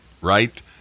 right